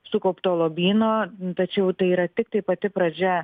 sukaupto lobyno tačiau tai yra tiktai pati pradžia